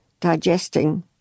digesting